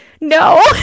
No